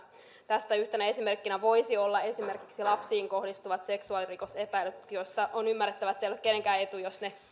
tästä yhtenä esimerkkinä voisivat olla epäilyt lapsiin kohdistuvista seksuaalirikoksista on ymmärrettävää ettei ole kenenkään etu jos